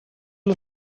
les